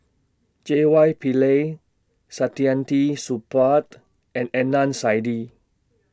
J Y Pillay Saktiandi Supaat and Adnan Saidi